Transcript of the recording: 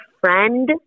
friend